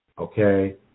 Okay